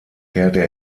kehrte